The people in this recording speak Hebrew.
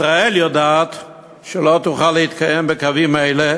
ישראל יודעת שלא תוכל להתקיים בקווים האלה